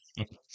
Okay